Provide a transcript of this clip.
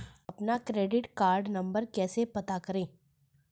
अपना credit card number कैसे पता करें?